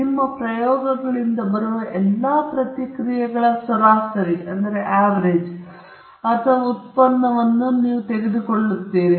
ನಿಮ್ಮ ಪ್ರಯೋಗಗಳಿಂದ ಬರುವ ಎಲ್ಲಾ ಪ್ರತಿಕ್ರಿಯೆಗಳ ಸರಾಸರಿ ಅಥವಾ ಉತ್ಪನ್ನವನ್ನು ನೀವು ತೆಗೆದುಕೊಳ್ಳುತ್ತೀರಿ